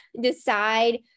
decide